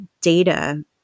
data